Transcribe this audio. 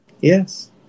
Yes